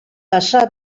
pasa